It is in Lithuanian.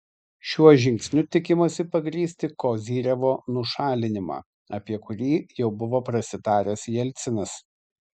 šiuo žingsniu tikimasi pagrįsti kozyrevo nušalinimą apie kurį jau buvo prasitaręs jelcinas